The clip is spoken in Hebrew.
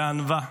בענווה.